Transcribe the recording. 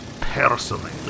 personally